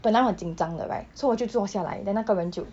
本来我很紧张的 right so 我就坐下来 then 那个人就